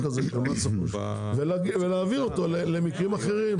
הזה של מס רכוש ולהביא אותו למקרים אחרים.